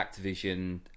Activision